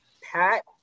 Pat